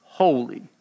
Holy